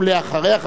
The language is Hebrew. ואחריה,